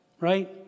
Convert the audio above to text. Right